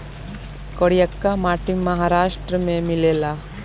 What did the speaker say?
करियाका माटी महाराष्ट्र में मिलेला